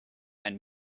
and